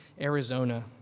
Arizona